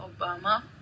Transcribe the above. Obama